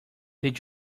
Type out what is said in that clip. did